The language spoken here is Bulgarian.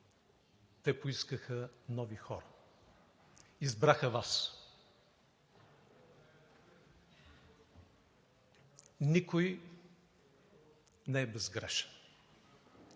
те поискаха нови хора – избраха Вас. Никой не е безгрешен,